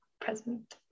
present